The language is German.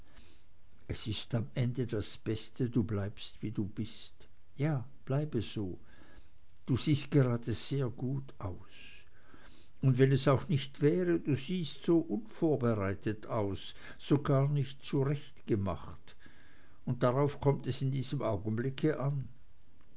es ist am ende das beste du bleibst wie du bist ja bleibe so du siehst gerade sehr gut aus und wenn es auch nicht wäre du siehst so unvorbereitet aus so gar nicht zurechtgemacht und darauf kommt es in diesem augenblick an